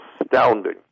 astounding